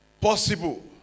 possible